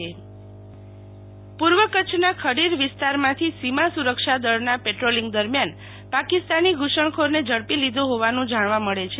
શીતલ વૈશ્નવ મગખીર પકડાર પૂર્વ કરછના ખડીર વિસ્તારમાંથી સીમા સુરક્ષા દળના પેટ્રોલિંગ દરમ્યાન પાકિસ્તાની ઘુસણખોરને ઝડપી લીધો હોવાનું જાણવા મળે છે